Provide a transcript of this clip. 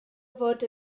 fod